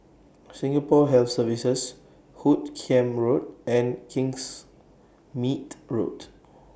Singapore Health Services Hoot Kiam Road and Kingsmead Road